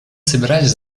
собирались